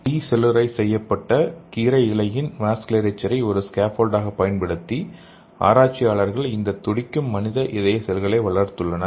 D cellularise செய்யப்பட்ட கீரை இலையின் வாஸ்குலேச்சரை ஒரு ஸ்கேப்போல்டாகப் பயன்படுத்தி ஆராய்ச்சியாளர்கள் இந்த துடிக்கும் மனித இதய செல்களை வளர்த்துள்ளனர்